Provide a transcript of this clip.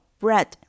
：bread（